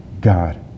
God